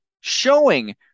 showing